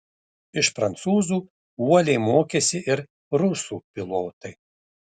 iš prancūzų uoliai mokėsi ir rusų pilotai